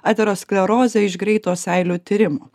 aterosklerozę iš greito seilių tyrimo